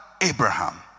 Abraham